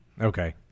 okay